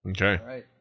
Okay